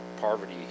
Poverty